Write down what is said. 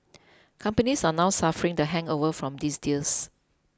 companies are now suffering the hangover from these deals